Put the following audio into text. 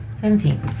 seventeen